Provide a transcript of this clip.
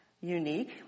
unique